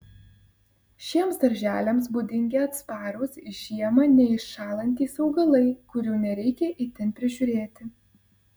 šiems darželiams būdingi atsparūs žiemą neiššąlantys augalai kurių nereikia itin prižiūrėti